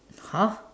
!huh!